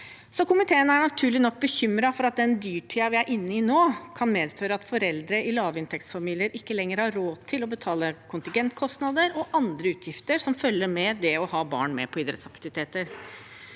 Komiteen er naturlig nok bekymret for at den dyrtiden vi er inne i nå, kan medføre at foreldre i lavinntektsfamilier ikke lenger har råd til å betale kontingentkostnader og andre utgifter som følger med å ha barn som deltar på idrettsaktiviteter.